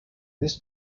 this